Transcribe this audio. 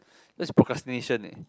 that's procrastination leh